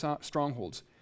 strongholds